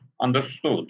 understood